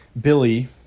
Billy